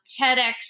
TEDx